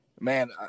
Man